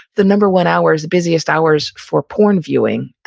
the number one hours, the busiest hours for porn viewing